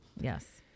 Yes